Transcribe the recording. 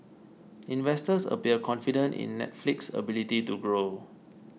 investors appear confident in Netflix's ability to grow